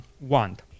want